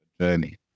journey